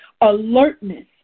Alertness